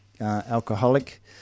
alcoholic